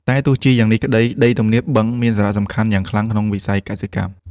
តែទោះជាយ៉ាងនេះក្ដី ដីទំនាបបឹងមានសារៈសំខាន់យ៉ាងខ្លាំងក្នុងវិស័យកសិកម្ម។